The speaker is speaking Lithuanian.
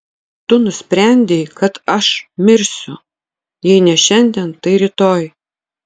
tu nusprendei kad aš mirsiu jei ne šiandien tai rytoj